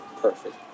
perfect